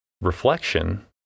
reflection